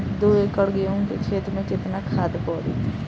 दो एकड़ गेहूँ के खेत मे केतना खाद पड़ी?